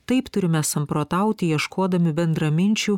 taip turime samprotauti ieškodami bendraminčių